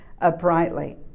uprightly